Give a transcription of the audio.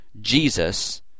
Jesus